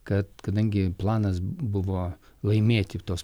kad kadangi planas buvo laimėti tuos